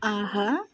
ஆஹா